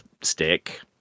stick